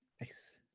Nice